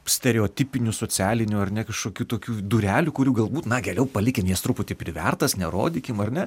stereotipinių socialinių ar ne kažkokių tokių durelių kurių galbūt na geriau palikim jas truputį privertas nerodykim ar ne